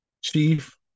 Chief